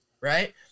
right